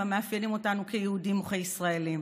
המאפיינים אותנו כיהודים וכישראלים?